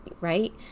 right